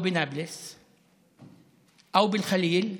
שלום מלא עם כל מדינות ערב, לא רק בחריין,